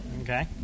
Okay